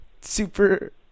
super